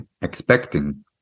expecting